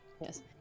yes